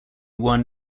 won